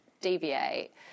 deviate